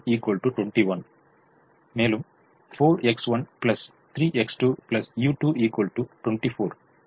4X13X2u2 24 அதிகரிக்கிறது